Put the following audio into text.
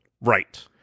Right